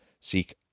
Seek